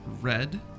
red